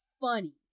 funny